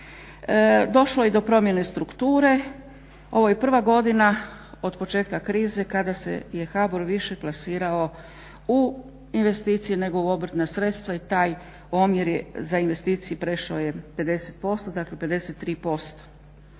došlo je i do promjene strukture. Ovo je prva godina od početka krize kada je HBOR više plasirao u investicije nego u obrtna sredstva. I taj omjer je za investicije prešao 50%, dakle 53%.